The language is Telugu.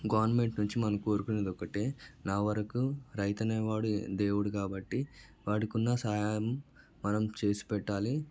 గవర్నమెంట్ నుంచి మనం కోరుకునేది ఒక్కటే నా వరకు రైతు అనే వాడు దేవుడు కాబట్టి వాడికి ఉన్న సహాయం మనం చేసి పెట్టాలి